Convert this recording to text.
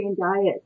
Diet